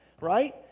Right